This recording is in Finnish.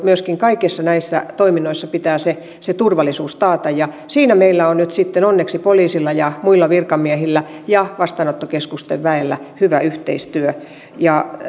myöskin kaikissa näissä toiminnoissa pitää se se turvallisuus taata ja siinä meillä on nyt sitten onneksi poliisilla muilla virkamiehillä ja vastaanottokeskusten väellä hyvä yhteistyö